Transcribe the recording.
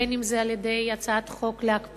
בין אם זה על-ידי הצעת חוק להקפאה